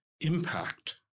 impact